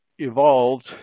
evolved